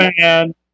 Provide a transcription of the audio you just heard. man